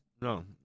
No